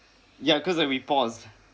ya because like we pause